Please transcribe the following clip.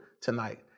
tonight